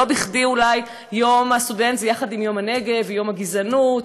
לא בכדי אולי יום הסטודנט זה יחד עם יום הנגב ויום הגזענות,